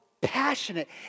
passionate